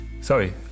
Sorry